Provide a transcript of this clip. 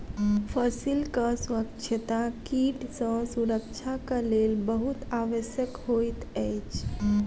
फसीलक स्वच्छता कीट सॅ सुरक्षाक लेल बहुत आवश्यक होइत अछि